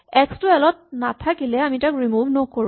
x to L ত নাথাকিলে আমি তাক ৰিমোভ নকৰোঁ